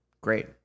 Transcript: Great